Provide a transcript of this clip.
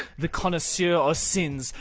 the connoisseur o' sins,